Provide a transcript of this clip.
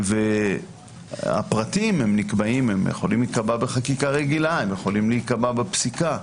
והפרטים יכולים להיקבע בחקיקה רגילה או להיקבע בפסיקה,